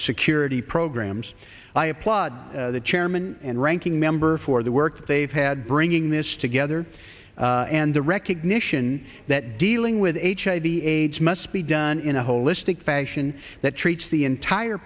security programs i applaud the chairman and ranking member for the work they've had bringing this together and the recognition that dealing with hiv aids must be done in a holistic fashion that treats the entire